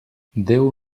déu